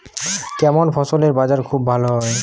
কেমন ফসলের বাজার খুব ভালো হয়?